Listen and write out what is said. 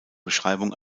beschreibung